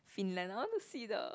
Finland I want to see the